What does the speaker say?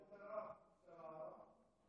כבוד הרב, אפשר הערה?